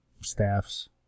staffs